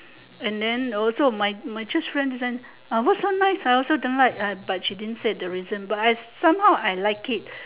and then also my my church friend said what's so nice ah I also don't like but she didn't say the reason but I somehow I like it